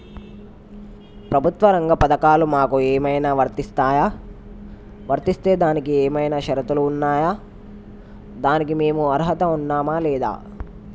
ప్రభుత్వ రంగ పథకాలు మాకు ఏమైనా వర్తిస్తాయా? వర్తిస్తే దానికి ఏమైనా షరతులు ఉన్నాయా? దానికి మేము అర్హత ఉన్నామా లేదా?